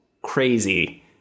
crazy